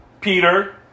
Peter